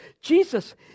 Jesus